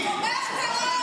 תומך טרור.